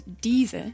diese